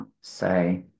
Say